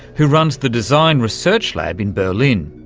who runs the design research lab in berlin.